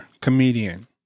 comedian